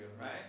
right